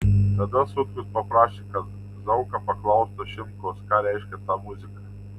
tada sutkus paprašė kad zauka paklaustų šimkaus ką reiškia ta muzika